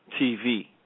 TV